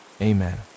amen